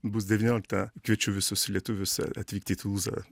bus devynioliktą kviečiu visus lietuvius atvykti į tulūzą